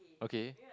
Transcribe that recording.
okay